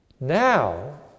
Now